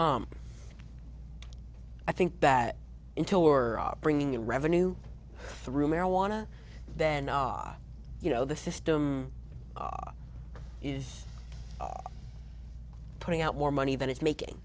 right i think that until or bringing in revenue through marijuana then our you know the system is putting out more money than it's making